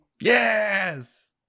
Yes